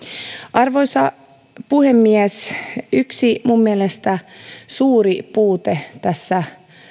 arvoisa puhemies yksi minun mielestäni suuri puute tässä